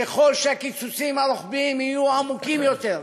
ככל שהקיצוצים הרוחביים יהיו עמוקים יותר,